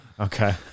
Okay